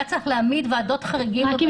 היה צריך להעמיד ועדות חריגים -- רק אם